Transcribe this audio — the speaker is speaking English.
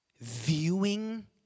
Viewing